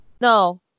No